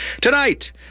Tonight